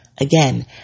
Again